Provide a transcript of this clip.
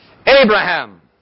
Abraham